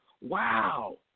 wow